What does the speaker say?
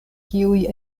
kiuj